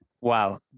wow